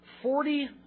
Forty